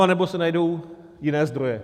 Anebo se najdou jiné zdroje.